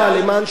נדחים,